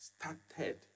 started